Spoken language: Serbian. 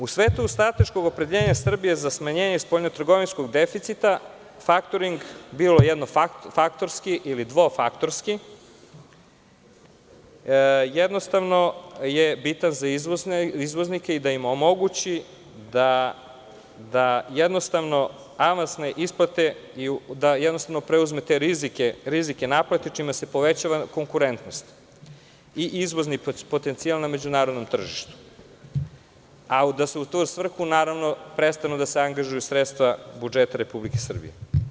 U svetu strateškog opredeljenja Srbije za smanjenje spoljno-trgovinskog deficita, faktoring bilo jednofaktorski ili dvofaktorski, bitan je za izvoznike i da im omogući da preuzme te rizike naplate, čime se povećava konkurentnost i izvozni potencijal na međunarodnom tržištu, a da u tu svrhu prestanu da se angažuju budžeta Republike Srbije.